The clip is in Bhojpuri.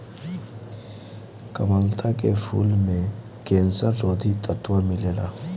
कामलता के फूल में कैंसर रोधी तत्व मिलेला